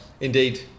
Indeed